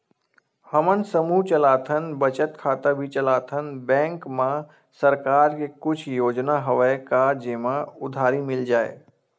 हमन समूह चलाथन बचत खाता भी चलाथन बैंक मा सरकार के कुछ योजना हवय का जेमा उधारी मिल जाय?